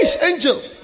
angel